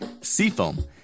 Seafoam